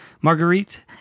Marguerite